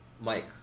Mike